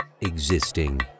existing